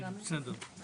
התקציב שמונח בכנסת,